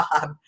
job